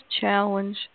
challenge